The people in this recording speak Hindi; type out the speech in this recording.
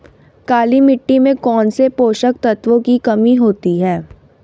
काली मिट्टी में कौनसे पोषक तत्वों की कमी होती है?